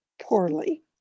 poorly